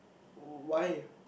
w~ w~ why